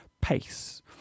pace